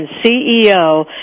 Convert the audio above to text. CEO